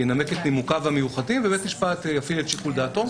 ינמק את נימוקיו המיוחדים ובית משפט יפעיל את שיקול דעתו.